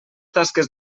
tasques